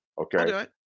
okay